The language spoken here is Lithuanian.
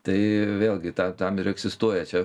tai vėlgi tą tam ir egzistuoja čia